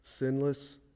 sinless